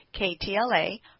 KTLA